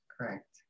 correct